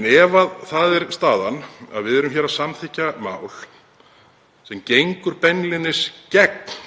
Ef það er staðan að við erum hér að samþykkja mál sem gengur beinlínis gegn